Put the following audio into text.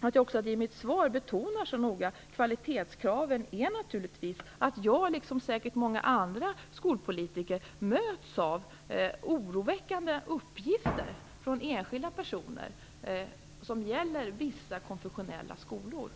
att jag också i mitt svar så noga betonar kvalitetskraven är naturligtvis att jag liksom säkert många andra skolpolitiker möts av oroväckande uppgifter från enskilda personer som gäller vissa konfessionella skolor.